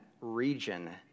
region